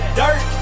dirt